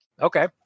Okay